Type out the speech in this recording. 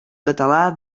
català